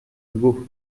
hugo